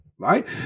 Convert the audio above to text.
right